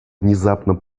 внезапно